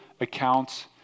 accounts